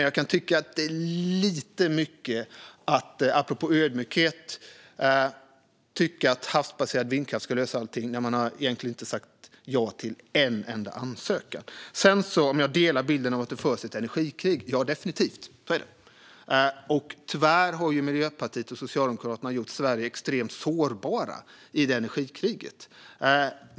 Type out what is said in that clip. Jag kan tycka att det är lite mycket - apropå ödmjukhet - att tycka att havsbaserad vindkraft ska lösa allting när man inte sagt ja till en enda ansökan. Om jag delar bilden att det förs ett energikrig? Ja, definitivt. Så är det, och tyvärr har Miljöpartiet och Socialdemokraterna gjort Sverige extremt sårbart i det energikriget.